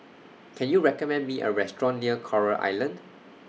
Can YOU recommend Me A Restaurant near Coral Island